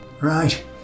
Right